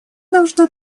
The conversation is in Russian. должна